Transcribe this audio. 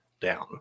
down